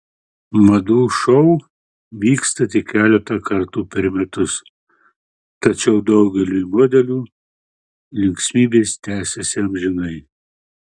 madų šou vyksta tik keletą kartų per metus tačiau daugeliui modelių linksmybės tęsiasi amžinai